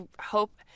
hope